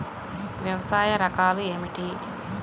వ్యవసాయ రకాలు ఏమిటి?